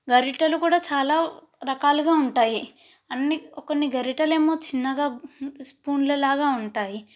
గెరిటలు కూడా కూడా చాలా రకాలుగా ఉంటాయి అన్నీ కొన్ని గెరిటలు ఏమో చిన్నగా స్పూన్లలాగా ఉంటాయి